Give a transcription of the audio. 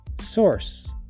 source